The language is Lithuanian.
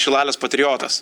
šilalės patriotas